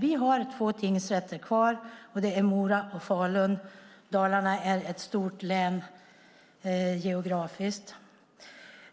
Vi har två tingsrätter, i Mora och Falun, och Dalarna är ett stort län geografiskt.